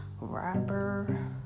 rapper